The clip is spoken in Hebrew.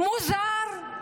מוזר?